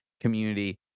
community